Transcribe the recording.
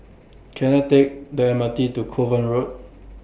Can I Take The M R T to Kovan Road